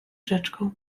rzeczką